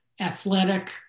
athletic